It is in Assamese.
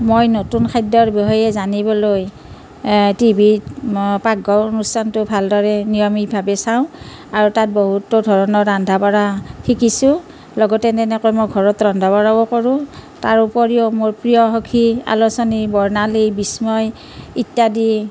মই নতুন খাদ্যৰ বিষয়ে জানিবলৈ টিভিত পাকঘৰ অনুষ্ঠানটো ভাল দৰে নিয়মিত ভাবে চাওঁ আৰু তাত বহুতো ধৰণৰ ৰন্ধা বাঢ়া শিকিছোঁ লগতে তেনেকৈ মই ঘৰত ৰন্ধা বঢ়াও কৰোঁ তাৰোপৰিও মোৰ প্ৰিয় সখী আলোচনী বৰ্ণালী বিস্ময় ইত্যাদি